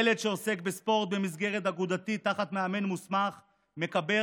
ילד שעוסק בספורט במסגרת אגודתית תחת מאמן מוסמך מקבל